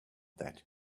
that